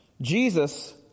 Jesus